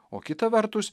o kita vertus